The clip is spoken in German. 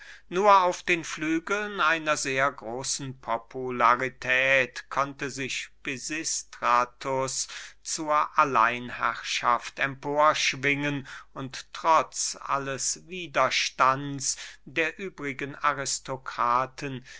nur auf den flügeln einer sehr großen popularität konnte sich pisistratus zur alleinherrschaft emporschwingen und trotz alles widerstands der übrigen aristokraten